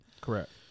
Correct